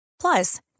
Plus